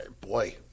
boy